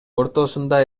ортосунда